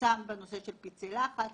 פורסם בנושא של פצעי לחץ